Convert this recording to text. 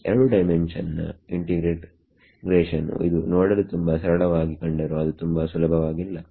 2 dimension ನ integration ಇದು ನೋಡಲು ತುಂಬಾ ಸರಳವಾಗಿ ಕಂಡರೂ ಅದು ತುಂಬಾ ಸುಲಭವಾಗಿಲ್ಲ